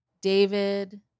David